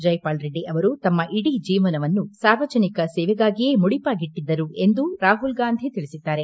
ಜೈಪಾಲ್ ರೆಡ್ಡಿ ಅವರು ತಮ್ಮ ಇಡೀ ಜೀವನವನ್ನು ಸಾರ್ವಜನಿಕ ಸೇವೆಗಾಗಿಯೇ ಮುಡಿಪಾಗಿಟ್ಟದರು ಎಂದು ರಾಹುಲ್ ಗಾಂದಿ ತಿಳಿಸಿದ್ದಾರೆ